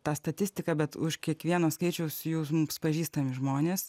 tą statistiką bet už kiekvieno skaičiaus jūs mums pažįstami žmonės